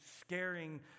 scaring